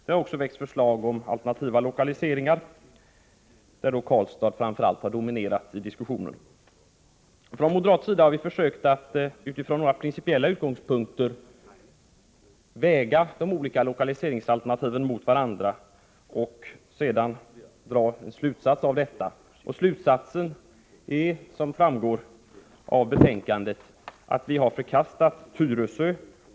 Det har också väckts förslag om alternativa lokaliseringer, där Karlstad framför allt dominerat i diskussionen. Från moderat sida har vi från våra principiella utgångspunkter försökt väga de olika lokaliseringsalternativen mot varandra och sedan dra slutsats av detta. Slutsatsen är, som framgår av betänkandet, att vi förkastat Tyresö.